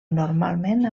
normalment